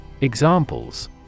Examples